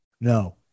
No